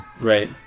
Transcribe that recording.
Right